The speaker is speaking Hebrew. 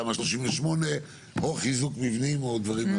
תמ"א 38 או חיזוק מבנים או דברים אחרים?